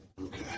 Okay